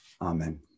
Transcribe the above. Amen